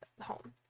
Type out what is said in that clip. home